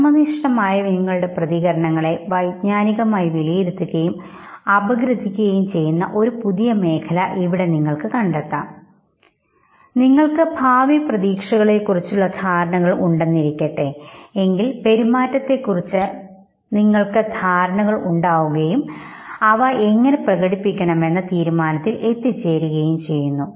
ആത്മനിഷ്ഠമായ നിങ്ങളുടെ പ്രതികരണങ്ങളെ വൈജ്ഞാനികമായ വിലയിരുത്തുകയും അപഗ്രഥിക്കുകയും ചെയ്യുന്ന ഒരു പുതിയ മേഖല നിങ്ങൾക്ക് ഇവിടെ കണ്ടെത്താം നിങ്ങൾക്ക് ഭാവിപ്രതീക്ഷകളെ കുറിച്ചുള്ള ഉള്ള ധാരണകൾ ഉണ്ടെന്നിരിക്കട്ടെഎങ്കിൽ പെരുമാറ്റത്തെക്കുറിച്ച് നിങ്ങൾക്ക് ധാരണകൾ ഉണ്ടാവുകയും എന്നും അവ എങ്ങനെ പ്രകടിപ്പിക്കണമെന്ന് എന്ന തീരുമാനത്തിൽ എത്തുകയും ചെയ്യുന്നു